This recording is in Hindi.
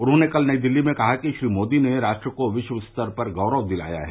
उन्होंने कल नई दिल्ली में कहा कि श्री मोदी ने राष्ट्र को विश्व स्तर पर गौख दिलाया है